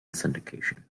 syndication